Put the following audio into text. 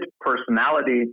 personality